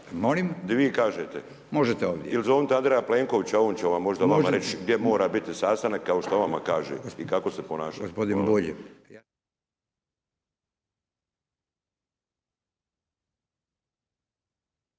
Možete ovdje. **Bulj, Miro (MOST)** Ili zovnite Andreja Plenkovića on će vam možda vama reći gdje mora biti sastanak kao što vama kaže i kako se ponašati.